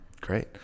Great